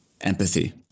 empathy